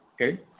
Okay